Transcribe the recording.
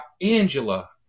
Angela